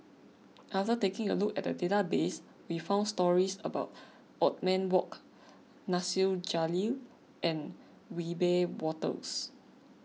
after taking a look at the database we found stories about Othman Wok Nasir Jalil and Wiebe Wolters